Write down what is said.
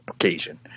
occasion